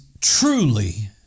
truly